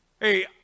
Hey